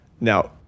Now